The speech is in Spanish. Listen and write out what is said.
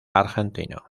argentino